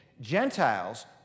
Gentiles